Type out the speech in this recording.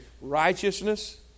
Righteousness